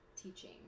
teaching